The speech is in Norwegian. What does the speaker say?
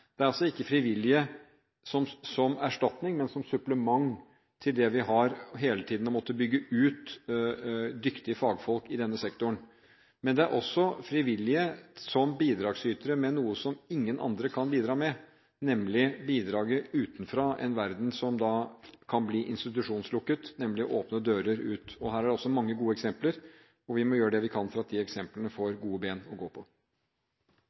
Det er altså ikke frivillige som erstatning, men som supplement til det vi har – hele tiden å måtte bygge ut dyktige fagfolk i denne sektoren. Men det dreier seg også om frivillige som bidragsytere med noe som ingen andre kan bidra med, bidraget utenfra til en verden som kan bli institusjonslukket, nemlig åpne dører ut. Her er også mange gode eksempler. Vi må gjøre det vi kan for at de eksemplene får gode ben å gå på.